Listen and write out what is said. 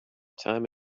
time